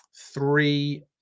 Three